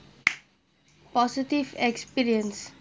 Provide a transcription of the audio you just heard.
positive experience